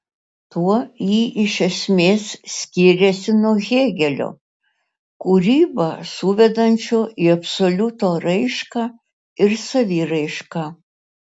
tuo ji iš esmės skiriasi nuo hėgelio kūrybą suvedančio į absoliuto raišką ir saviraišką